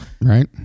Right